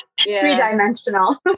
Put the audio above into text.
three-dimensional